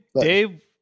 Dave